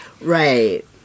right